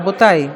רבותי.